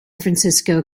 francisco